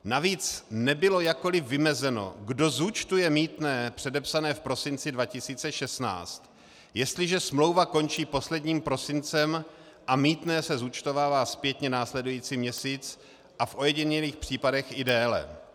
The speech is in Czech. Navíc nebylo jakkoliv vymezeno, kdo zúčtuje mýtné předepsané v prosinci 2016, jestliže smlouva končí posledním prosincem a mýtné se zúčtovává zpětně následující měsíc a v ojedinělých případech i déle.